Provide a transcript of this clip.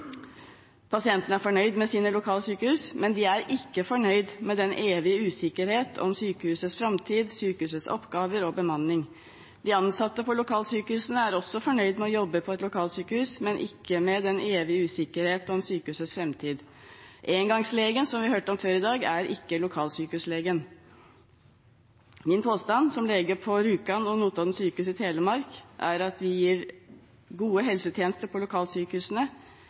Pasientene er fornøyde med sine lokale sykehus, men de er ikke fornøyde med den evige usikkerheten om sykehusets framtid, sykehusets oppgaver og bemanning. De ansatte på lokalsykehusene er også fornøyde med å jobbe på et lokalsykehus, men ikke med den evige usikkerheten om sykehusets framtid. Engangslegen, som vi hørte om før i dag, er ikke lokalsykehuslegen. Min påstand, som lege på Rjukan sykehus og Notodden sykehus i Telemark, er at vi gir gode helsetjenester på lokalsykehusene.